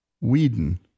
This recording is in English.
Whedon